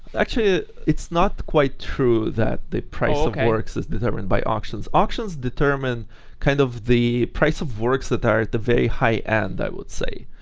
actually it's not quite true that the price of works is determined by auctions. auctions determine kind of the price of works that are at the very high end, i would say,